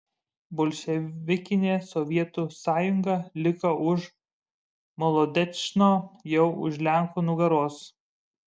bolševikinė sovietų sąjunga liko už molodečno jau už lenkų nugaros